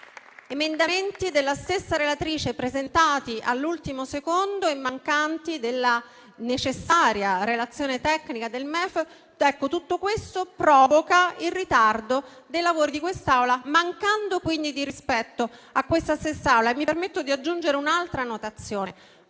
emendamenti della stessa relatrice vengono presentati all'ultimo secondo, mancanti della necessaria relazione tecnica del MEF, provocando il ritardo dei lavori di questa Assemblea e mancando quindi di rispetto alla stessa. Mi permetto di aggiungere un'altra notazione: